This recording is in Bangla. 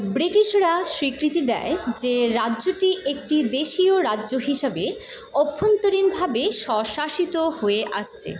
ব্রিটিশরা স্বীকৃতি দেয় যে রাজ্যটি একটি দেশীয় রাজ্য হিসাবে অভ্যন্তরীণভাবে স্বশাসিত হয়ে আসছে